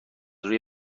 روی